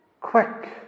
quick